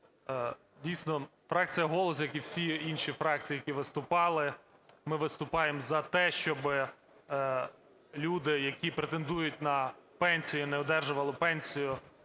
дійсно, фракція "Голос", як і всі інші фракції, які виступали, ми виступаємо за те, щоби люди, які претендують на пенсію і не одержували пенсію,